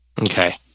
okay